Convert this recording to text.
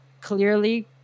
Clearly